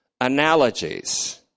Analogies